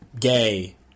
gay